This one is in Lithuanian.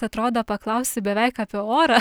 atrodo paklausi beveik apie orą